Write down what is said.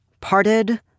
parted